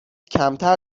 کمتر